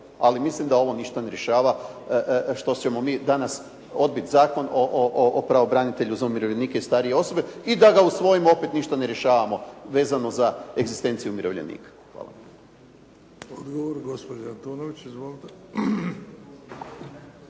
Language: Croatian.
ali mislim da ovo ništa ne rješava što ćemo mi danas odbiti Zakon o pravobranitelju za umirovljenike i starije osobe i da ga usvojimo, opet ništa ne rješavamo vezano za egzistenciju umirovljenika. Hvala. **Bebić, Luka (HDZ)** Odgovor, gospođa Antunović. Izvolite.